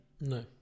No